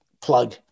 plug